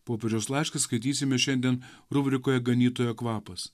popieriaus laišką skaitysime šiandien rubrikoje ganytojo kvapas